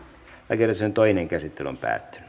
lakiehdotusten toinen käsittely päättyi